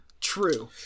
True